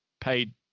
paid